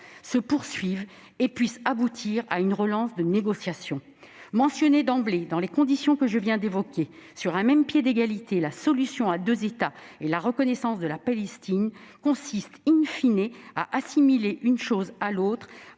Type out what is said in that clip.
se poursuivent et puissent aboutir à une relance des négociations. Mentionner d'emblée, dans les conditions que je viens d'évoquer, sur un pied d'égalité la solution à deux États et la reconnaissance de la Palestine consiste à assimiler une chose à l'autre.